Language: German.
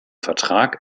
vertrag